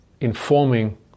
informing